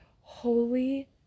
holy